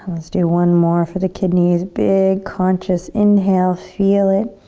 let's do one more for the kidneys. big, conscious inhale. feel it.